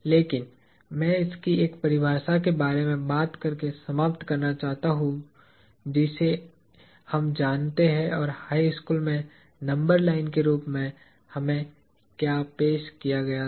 लेकिन मैं इसकी एक परिभाषा के बारे में बात करके समाप्त करना चाहता हूं जिसे हम जानते हैं या हाई स्कूल में नंबर लाइन के रूप में हमें क्या पेश किया गया था